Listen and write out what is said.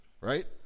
right